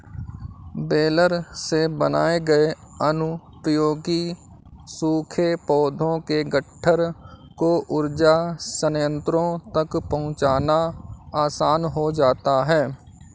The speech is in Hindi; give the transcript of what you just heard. बेलर से बनाए गए अनुपयोगी सूखे पौधों के गट्ठर को ऊर्जा संयन्त्रों तक पहुँचाना आसान हो जाता है